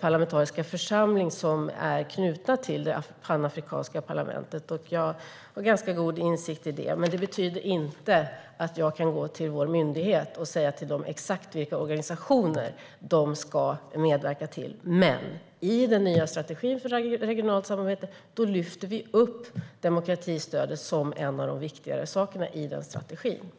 parlamentariska församling som är knuten till Panafrikanska parlamentet, och jag har god insikt i det. Men det betyder inte att jag kan gå till vår myndighet och säga exakt vilka organisationer som den ska medverka till. Men i den nya strategin för regionalt samarbete lyfter vi upp demokratistödet som en av de viktigare frågorna i strategin.